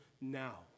now